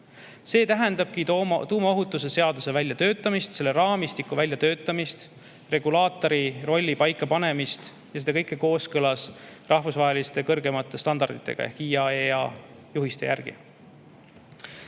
See tähendabki tuumaohutuse seaduse väljatöötamist, selle raamistiku väljatöötamist, regulaatori rolli paikapanemist, ja seda kõike kooskõlas rahvusvaheliste kõrgemate standarditega ehk IAEA juhiste järgi.